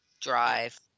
drive